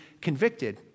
convicted